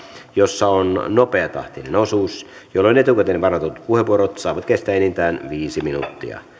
jossa on nopeatahtinen osuus jolloin etukäteen varatut puheenvuorot saavat kestää enintään viisi minuuttia